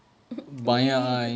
weeb